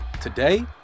Today